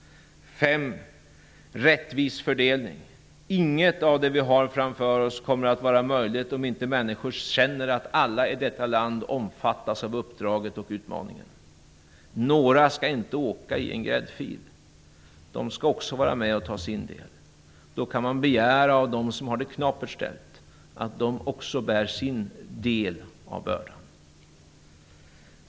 5.Det skall vara en rättvis fördelning. Det kommer inte att vara möjligt att genomföra de uppdrag och den utmaning som vi har framför oss om inte alla människor i landet känner att de är delaktiga. Några personer skall inte åka i en gräddfil. De skall också vara med och ta sin del av ansvaret. Då kan man begära att de som har det knapert ställt också bär sin del av bördan.